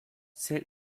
zählt